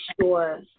sure